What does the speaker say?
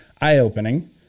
eye-opening